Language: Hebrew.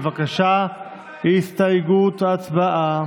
בבקשה, הסתייגות, הצבעה.